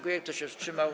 Kto się wstrzymał?